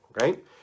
Right